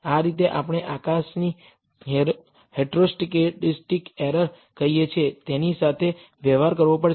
આ રીતે આપણે આકાશની હેટરોસ્કેડસ્ટિક એરર કહીએ છીએ તેની સાથે વ્યવહાર કરવો પડશે